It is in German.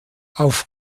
auf